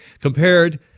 Compared